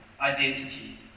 identity